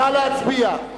נא להצביע.